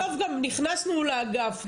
בסוף גם נכנסנו לאגף,